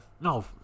No